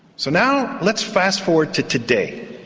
so now let's fast forward to today.